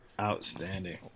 Outstanding